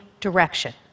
direction